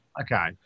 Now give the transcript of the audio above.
okay